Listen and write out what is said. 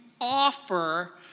offer